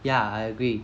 ya I agree